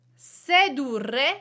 Sedurre